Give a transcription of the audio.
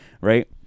right